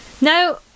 Now